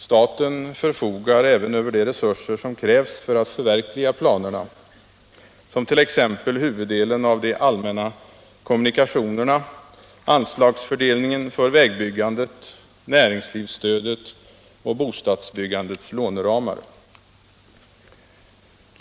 Staten förfogar även över de resurser som krävs för att förverkliga planerna, som 1. ex. huvuddelen av de allmänna kommunikationerna, anslagsfördelningen för vägbyggandet, näringslivsstödet och bostadsbyggandets låneramar.